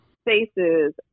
spaces